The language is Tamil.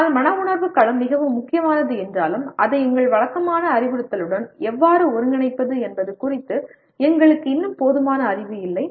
ஆனால் மன உணர்வு களம் மிகவும் முக்கியமானது என்றாலும் அதை எங்கள் வழக்கமான அறிவுறுத்தலுடன் எவ்வாறு ஒருங்கிணைப்பது என்பது குறித்து எங்களுக்கு இன்னும் போதுமான அறிவு இல்லை